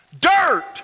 dirt